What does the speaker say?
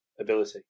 ability